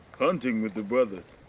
hunting with the brothers.